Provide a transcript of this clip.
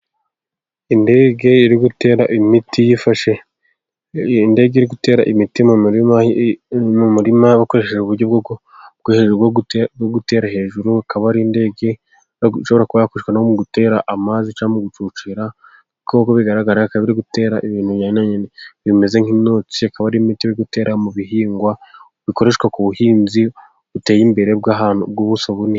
Indege iri gutera imiti mu murima yifashe indege iri gutera imiti mu murima, umurima ukoresheje uburyo bwo bwo gutera hejuru, ukaba ari indege kubakoreshwa no gutera amazi, cyangwa gucucira kuko ko bigaragaraba biri gutera ibintu bimeze nk'intsikaba ari imiti yo gutera mu bihingwa bikoreshwa ku buhinzi buteye imbere bw'ahantu bw'ubuso bunini.